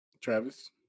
Travis